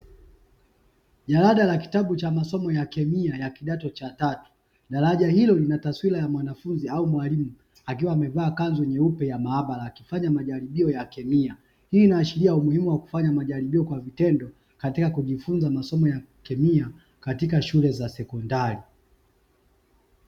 Jalada la kitabu cha masomo ya kemia ya kidato cha tatu, jalada hilo lina taswira ya mwanafunzi au mwalimu akiwa amevaa kanzu nyeupe ya maabara akifanya majaribio ya kemia, hii inaashiria umuhimu wa kufanya majaribio kwa vitendo katika kujifunza masomo ya kemia katika shule za sekondari.